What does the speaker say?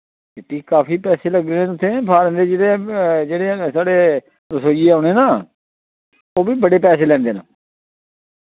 इति काफी पैसे लग्गने न उत्थै फारन च जेह्ड़े जेह्ड़े हैन साढ़े रसोइये औने ना ओह् बी बड़े पैसे लैंदे न